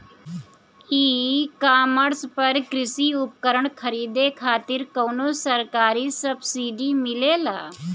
ई कॉमर्स पर कृषी उपकरण खरीदे खातिर कउनो सरकारी सब्सीडी मिलेला?